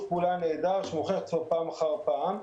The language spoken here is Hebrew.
פעולה נהדר שמוכיח את עצמו פעם אחר פעם.